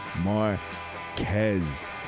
Marquez